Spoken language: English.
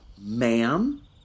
Ma'am